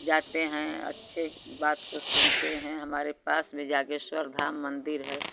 जाते हैं अच्छे बात को सुनते हैं हमारे पास में जागेश्वर धाम मंदिर है